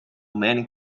many